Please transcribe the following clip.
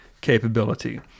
capability